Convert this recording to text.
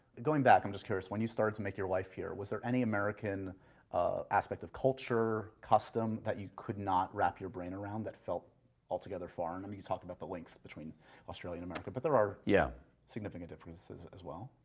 going back, i'm just curious, when you started to make your life here, was there american aspect of culture, custom, that you could not wrap your brain around, that felt altogether foreign? i mean you talk about the links between australia and america, but there are yeah significant differences as well.